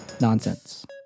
nonsense